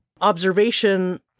observation